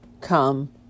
come